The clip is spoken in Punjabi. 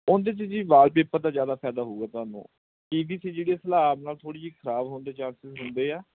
ਉਹਦੇ 'ਚ ਜੀ ਵਾਲਪੇਪਰ ਦਾ ਜ਼ਿਆਦਾ ਫ਼ਾਇਦਾ ਹੋਊਗਾ ਤੁਹਾਨੂੰ ਪੀ ਬੀ ਸੀ ਜਿਹੜੀ ਸਲਾਬ ਨਾਲ ਥੋੜ੍ਹੀ ਜਿਹੀ ਖਰਾਬ ਹੋਣ ਦੇ ਚਾਂਸਿਸ ਹੁੰਦੇ ਆ